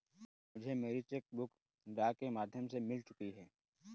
मुझे मेरी cheque book डाक के माध्यम से मिल चुकी है